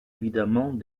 évidemment